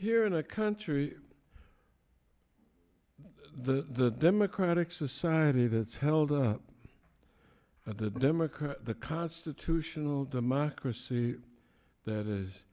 you're in a country the democratic society that's held up at the democrat the constitutional democracy that is